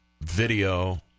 video